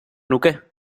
nuke